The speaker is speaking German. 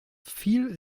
viel